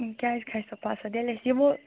کیٛازِ کھژِ نہٕ پسنٛد ییٚلہِ أسۍ یِمو